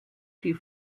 die